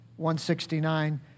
169